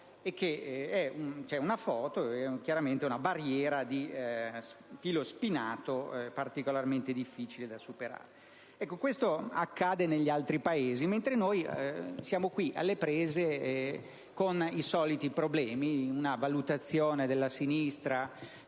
foto di una recinzione di filo spinato particolarmente difficile da superare. Questo accade negli altri Paesi, mentre noi siamo alle prese con i soliti problemi, con una valutazione della sinistra